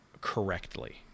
correctly